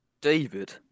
David